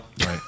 right